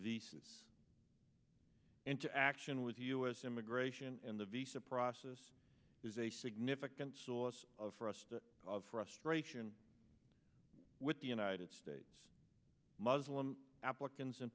visas into action with u s immigration and the visa process is a significant source of for us to of frustration with the united states muslim applicants in